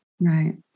Right